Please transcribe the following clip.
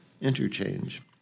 interchange